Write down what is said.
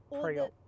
pre-op